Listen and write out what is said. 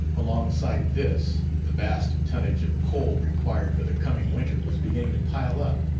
alongside this, the vast tonnage of coal required for the coming winter was beginning to pile up.